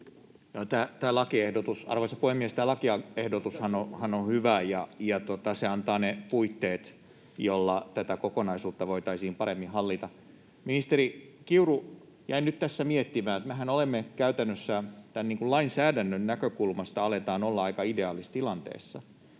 Arvoisa puhemies! Tämä lakiehdotushan on hyvä, ja se antaa ne puitteet, joilla tätä kokonaisuutta voitaisiin paremmin hallita. Ministeri Kiuru, jäin nyt tässä miettimään, että käytännössähän me aletaan lainsäädännön näkökulmasta olla aika ideaalissa tilanteessa,